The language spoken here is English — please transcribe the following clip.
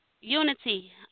Unity